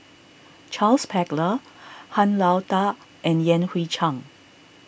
Charles Paglar Han Lao Da and Yan Hui Chang